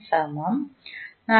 44j12